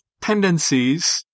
tendencies